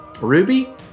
Ruby